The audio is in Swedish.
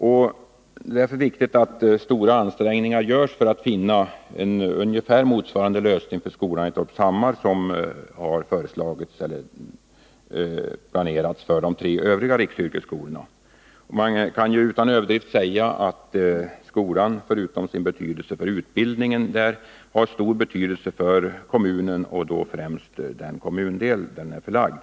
Det är därför viktigt att stora ansträngningar görs för att finna ungefär motsvarande lösning för skolan i Torpshammar som vad som har planerats för de tre övriga riksyrkesskolorna. Man kan utan överdrift säga att skolan förutom sin betydelse för utbildningen har stor betydelse för kommunen och främst den kommundel där den är förlagd.